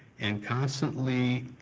and constantly